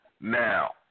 Now